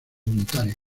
voluntario